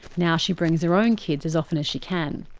now she brings her own kids as often as she can.